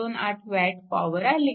42 8 W power आली